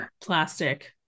plastic